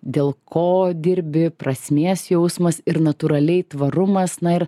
dėl ko dirbi prasmės jausmas ir natūraliai tvarumas na ir